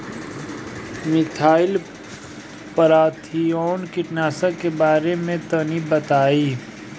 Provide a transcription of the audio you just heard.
Methyl parathion कीटनाशक के बारे में तनि बताई?